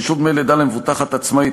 חישוב דמי לידה למבוטחת עצמאית),